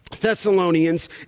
Thessalonians